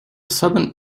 southern